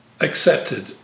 accepted